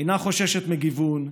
אינה חוששת מגיוון,